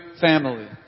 family